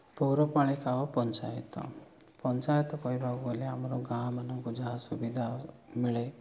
ପୌରପାଳିକା ପଞ୍ଚାୟତ ପଞ୍ଚାୟତ କହିବାକୁ ଗଲେ ଆମର ଗାଁମାନଙ୍କୁ ଯାହା ସୁବିଧା ମିଳେ